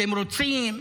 אתם רוצים,